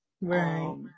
Right